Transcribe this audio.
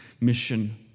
mission